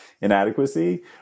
inadequacy